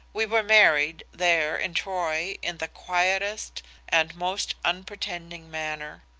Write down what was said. we were married, there, in troy in the quietest and most unpretending manner.